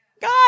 God